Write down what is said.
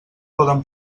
poden